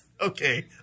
okay